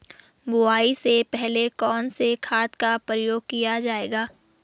बुआई से पहले कौन से खाद का प्रयोग किया जायेगा?